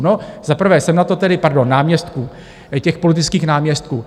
No za prvé jsem na to tedy pardon, náměstků, těch politických náměstků.